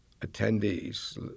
attendees